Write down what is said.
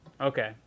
Okay